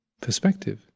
perspective